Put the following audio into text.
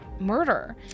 murder